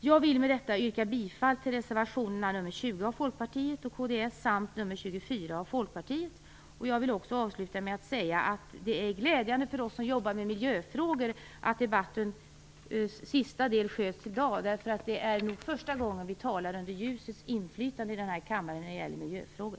Jag vill med det anförda yrka bifall till reservation 20 från Folkpartiet och kds samt till reservation 24 från Folkpartiet. Jag vill avsluta med att säga att det är glädjande för oss som arbetar med miljöfrågor att debattens sista del hålls i dag, eftersom det nog är första gången som vi talar under ljusets inflytande i denna kammare om miljöfrågor.